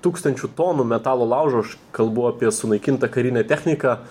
tūkstančių tonų metalo laužo aš kalbu apie sunaikintą karinę techniką